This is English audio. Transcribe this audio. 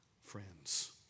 Friends